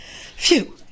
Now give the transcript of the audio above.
Phew